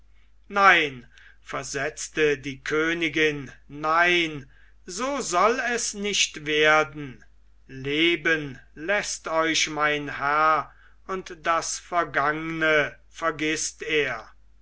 nein versetzte die königin nein so soll es nicht werden leben läßt euch mein herr und das vergangne vergißt er